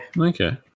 okay